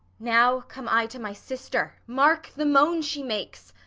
now come i to my sister mark the moan she makes.